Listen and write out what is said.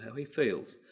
he feels!